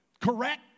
Correct